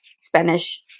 Spanish